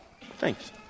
Thanks